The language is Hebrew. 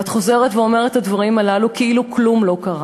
ואת חוזרת ואומרת את הדברים הללו כאילו כלום לא קרה.